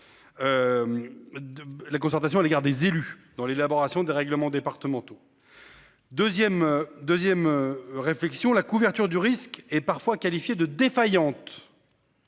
la concertation à l'égard des élus dans l'élaboration des règlements départementaux. 2ème 2ème réflexion la couverture du risque et parfois qualifiée de défaillante.